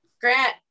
Grant